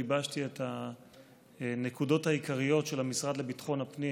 גיבשתי את הנקודות העיקריות של המשרד לביטחון הפנים